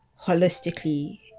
holistically